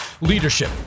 leadership